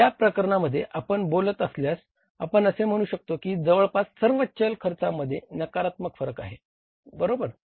या प्रकरणात आपण बोलत असल्यास आपण असे म्हणू शकतो की जवळजवळ सर्व चल खर्चामध्ये नकारात्मक फरक आहे बरोबर